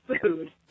food